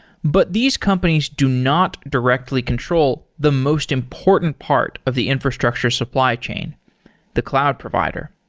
but these companies do not directly control the most important part of the infrastructure supply chain the cloud provider.